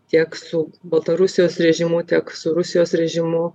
tiek su baltarusijos režimu tiek su rusijos režimu